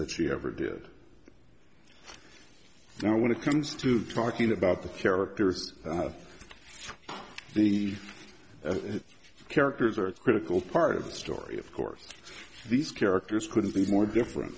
that she ever did now when it comes to talking about the characters the characters are a critical part of the story of course these characters couldn't be more different